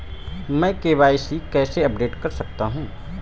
मैं के.वाई.सी कैसे अपडेट कर सकता हूं?